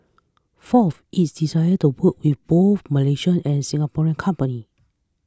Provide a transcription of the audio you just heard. fourth its desire to work with both Malaysian and Singaporean companies